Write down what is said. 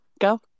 go